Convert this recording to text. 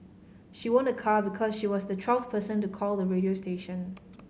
she won a car because she was the twelfth person to call the radio station